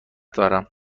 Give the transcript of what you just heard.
دارم